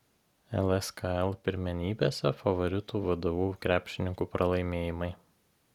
lskl pirmenybėse favoritų vdu krepšininkų pralaimėjimai